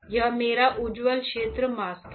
यह मेरा उज्ज्वल क्षेत्र मास्क है